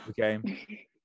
Okay